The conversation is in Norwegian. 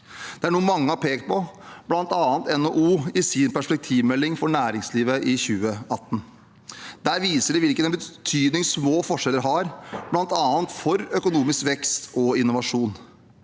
Dette er noe mange har pekt på, bl.a. NHO i sin perspektivmelding for næringslivet fra 2018. Der viser de til hvilken betydning små forskjeller har, bl.a. for økonomisk vekst og innovasjon.